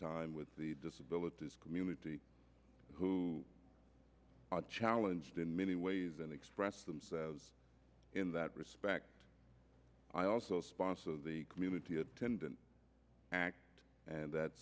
time with the disability community who are challenged in many ways and express themselves in that respect i also sponsor the community attendant and that